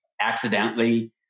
accidentally